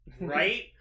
Right